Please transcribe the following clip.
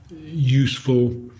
useful